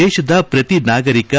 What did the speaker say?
ದೇಶದ ಪ್ರತಿ ನಾಗರಿಕೆ